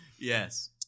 Yes